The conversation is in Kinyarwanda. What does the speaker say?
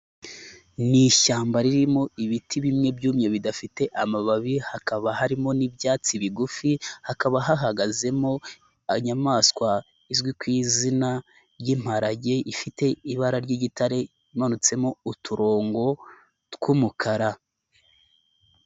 Ni ishyamba ririmo ibiti bimwe byumye bidafite amababi, hakaba harimo n'ibyatsi bigufi, hakaba hahagazemo inyamaswa izwi kui izina ry'imparage ifite ibara ry'igitare imanutsemo uturongo tw'umukara.